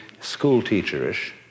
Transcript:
schoolteacherish